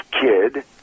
kid